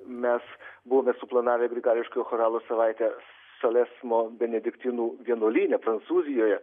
mes buvome suplanavę grigališkojo choralo savaitę solesmo benediktinų vienuolyne prancūzijoje